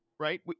right